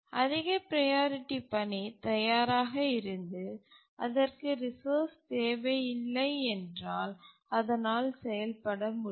அதிக ப்ரையாரிட்டி பணி தயாராக இருந்து அதற்கு ரிசோர்ஸ் தேவையில்லை என்றால் அதனால் செயல்பட முடியும்